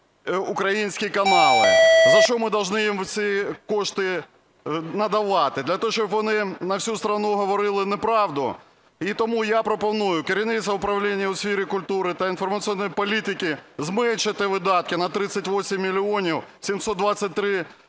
українські канали. За що ми повинні їм ці кошти надавати, для того, щоб вони на всю країну говорити неправду? І тому я пропоную керівництво управління у сфері культури та інформаційної політики зменшити видатки на 38 мільйонів 723 тисячі